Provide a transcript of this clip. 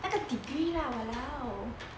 那个 a degree lah !walao!